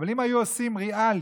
אבל אם היו עושים ריאלי: